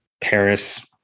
Paris